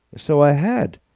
so i had.